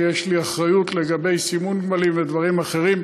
יש לי אחריות לגבי סימון גמלים ודברים אחרים.